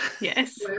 Yes